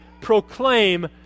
proclaim